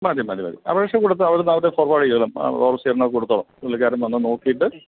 മതി മതി മതി അപേക്ഷ കൊടുത്താൽ അവിടുന്ന് അവർ ഫോർവേഡ് ചെയ്തോളും ആ ഓവർസിയറിന് അവർ കൊടുത്തോളും ആ പുള്ളിക്കാരൻ വന്ന് നോക്കിയിട്ട്